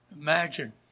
Imagine